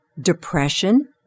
depression